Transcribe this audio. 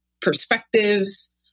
perspectives